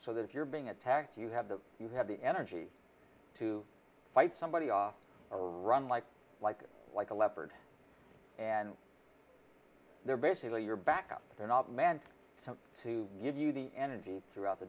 so that if you're being attacked you have the you have the energy to fight somebody off or run like like like a leopard and they're basically your back up they're not meant to give you the energy throughout the